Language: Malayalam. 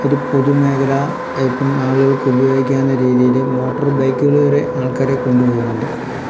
ഒരു പൊതു മേഖല ഇപ്പം ആളുകൾക്ക് ഉപയോഗിക്കുന്ന രീതിയിൽ മോട്ടർബൈക്കുകളിൽ വരെ ആൾക്കാരെ കൊണ്ട് പോകുന്നുണ്ട്